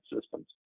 systems